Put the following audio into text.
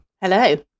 Hello